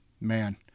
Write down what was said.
man